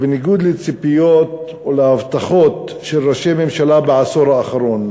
בניגוד לציפיות או להבטחות של ראשי ממשלה בעשור האחרון,